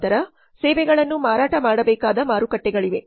ನಂತರ ಸೇವೆಗಳನ್ನು ಮಾರಾಟ ಮಾಡಬೇಕಾದ ಮಾರುಕಟ್ಟೆಗಳಿವೆ